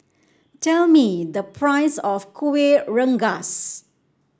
tell me the price of Kuih Rengas